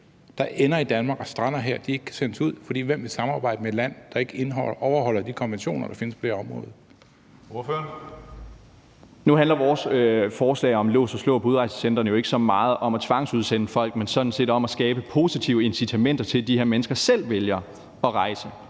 der ender i Danmark og strander her, ikke kan sendes ud, for hvem vil samarbejde med et land, der ikke overholder de konventioner, der findes på det her område? Kl. 13:34 Tredje næstformand (Karsten Hønge): Ordføreren. Kl. 13:34 Mikkel Bjørn (DF): Nu handler vores forslag om lås og slå på udrejsecentrene jo ikke så meget om at tvangsudsende folk, men sådan set om at skabe positive incitamenter til, at de her mennesker selv vælger at rejse.